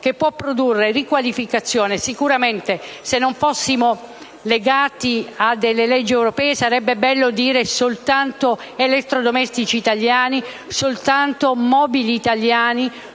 che può produrre riqualificazione. Sicuramente, se non fossimo legati alle leggi europee, sarebbe bello stabilire che soltanto elettrodomestici italiani, soltanto mobili italiani,